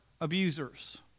abusers